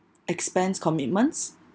expense commitments